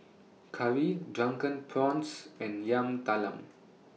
Curry Drunken Prawns and Yam Talam